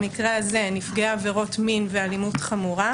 במקרה הזה נפגעי עבירות מין ואלימות חמורה,